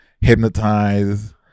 Hypnotize